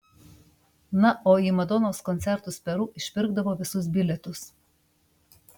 na o į madonos koncertus peru išpirkdavo visus bilietus